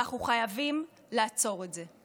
ואנחנו חייבים לעצור את זה.